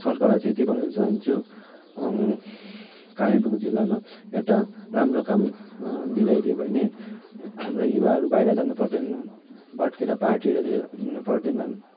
सरकारलाई चाहिँ यति भन्न चाहन्छु कालिम्पोङ जिल्लामा एउटा राम्रो काम दिलाइदियो भने हाम्रो युवाहरू बाहिर जानु पर्दैन भट्केर पार्टीहरूतिर हिँड्नु पर्दैनन्